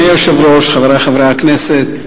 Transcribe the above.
אדוני היושב-ראש, חברי חברי הכנסת,